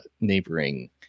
neighboring